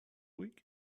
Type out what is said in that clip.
week